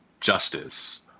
justice